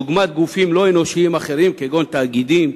דוגמת גופים לא אנושיים אחרים כגון תאגידים,